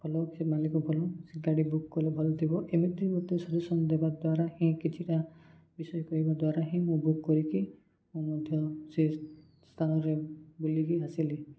ଭଲ ସେ ମାଲିକ ଭଲ ସେ ଗାଡ଼ି ବୁକ କଲେ ଭଲ ଥିବ ଏମିତି ମୋତେ ସଜେସନ ଦେବା ଦ୍ୱାରା ହିଁ କିଛିଟା ବିଶେଷ ଦ୍ୱାରା ହିଁ ମୁଁ ବୁକ୍ କରିକି ମୁଁ ମଧ୍ୟ ସେ ସ୍ଥାନରେ ବୁଲିକି ଆସିଲି